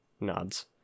nods